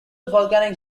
volcanic